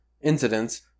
incidents